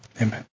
Amen